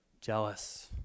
jealous